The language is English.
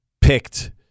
picked